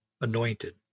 anointed